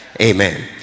Amen